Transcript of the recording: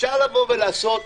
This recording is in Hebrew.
אפשר לבוא ולעשות.